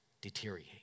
deteriorate